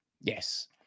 Yes